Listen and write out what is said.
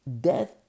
Death